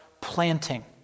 planting